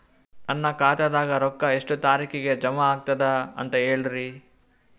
ನನ್ನ ಖಾತಾದಾಗ ರೊಕ್ಕ ಎಷ್ಟ ತಾರೀಖಿಗೆ ಜಮಾ ಆಗತದ ದ ಅಂತ ಹೇಳರಿ?